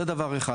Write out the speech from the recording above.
זה דבר אחד.